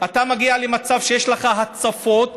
אתה מגיע למצב שיש לך הצפות,